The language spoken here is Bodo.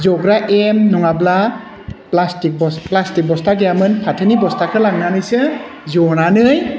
जग्रा एम नङाब्ला प्लासटिक प्लासटिक बस्था गैयामोन फाथोनि बस्थाखौ लांनानैसो जनानै